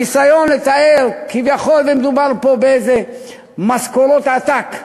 הניסיון לתאר שכביכול מדובר פה באיזה משכורות עתק,